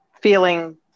feeling